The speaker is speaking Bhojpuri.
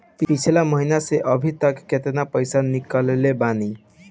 पिछला महीना से अभीतक केतना पैसा ईकलले बानी?